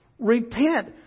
repent